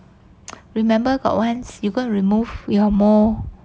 remember got once you go and remove your mole